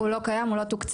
הוא לא קיים, הוא לא תוקצב.